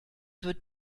wird